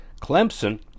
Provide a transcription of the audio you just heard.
Clemson